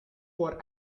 for